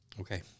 Okay